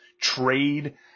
trade